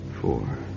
Four